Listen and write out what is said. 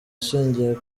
ashingiye